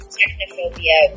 technophobia